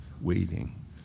waiting